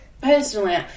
Personally